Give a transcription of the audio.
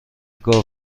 گاو